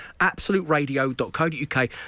Absoluteradio.co.uk